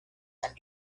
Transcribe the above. and